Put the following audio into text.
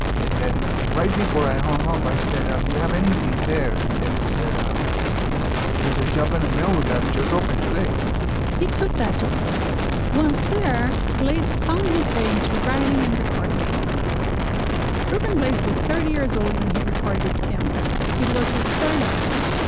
and then right before i hung ah up i said ah do you have anything there. and then he said. um there's a job in the mailroom that it just opened today he took that job once their blades found his way into writing and recording songs turbine blades was thirty years old when he recorded sambora. it was his third album.